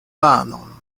panon